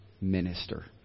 minister